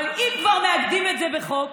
אבל אם כבר מעגנים את זה בחוק,